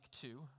two